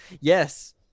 yes